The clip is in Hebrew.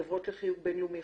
חברות לחיוג בין-לאומי,